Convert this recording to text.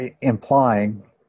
implying